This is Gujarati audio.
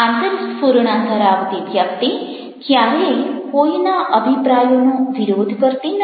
આંતરસ્ફુરણા ધરાવતી વ્યક્તિ ક્યારેય કોઈના અભિપ્રાયોનો વિરોધ કરતી નથી